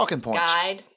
guide